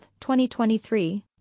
2023